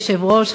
אדוני היושב-ראש,